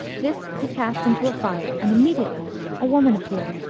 this he cast into a fire, and immediately a woman appeared,